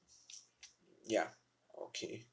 ya okay